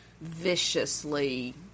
viciously